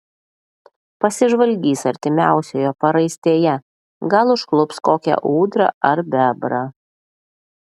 pasižvalgys artimiausioje paraistėje gal užklups kokią ūdrą ar bebrą